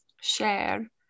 share